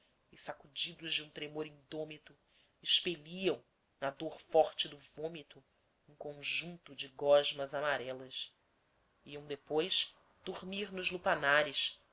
sacudidos de um tremor indômito expeliam na dor forte do vômito um conjunto de gosmas amarelas iam depois dormir nos